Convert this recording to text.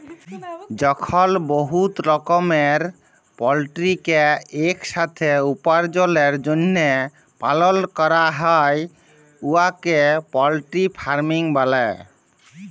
যখল বহুত রকমের পলটিরিকে ইকসাথে উপার্জলের জ্যনহে পালল ক্যরা হ্যয় উয়াকে পলটিরি ফার্মিং ব্যলে